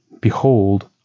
Behold